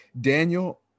Daniel